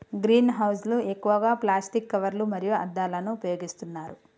green house లు ఎక్కువగా plastic కవర్లు మరియు అద్దాలను ఉపయోగిస్తున్నారు